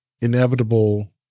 inevitable